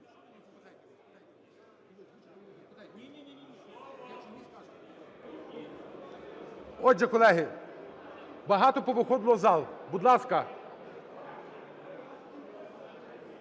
Отже, колеги, багато повиходило із залу. Будь ласка,